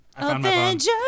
Avengers